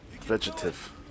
vegetative